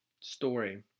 story